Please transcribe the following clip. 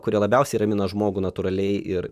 kurie labiausiai ramina žmogų natūraliai ir